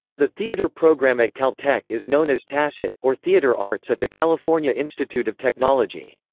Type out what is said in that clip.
the theater program at caltech is known as tacit, or theater arts at the california institute of technology.